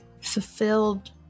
fulfilled